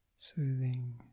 soothing